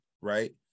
right